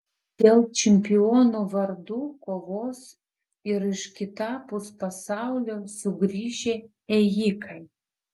dėl čempionų vardų kovos ir iš kitapus pasaulio sugrįžę ėjikai